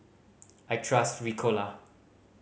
I trust Ricola